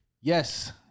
Yes